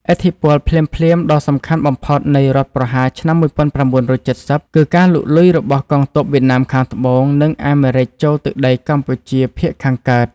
ឥទ្ធិពលភ្លាមៗដ៏សំខាន់បំផុតនៃរដ្ឋប្រហារឆ្នាំ ១៩៧០ គឺការលុកលុយរបស់កងទ័ពវៀតណាមខាងត្បូង និងអាមេរិកចូលទឹកដីកម្ពុជាភាគខាងកើត។